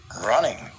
running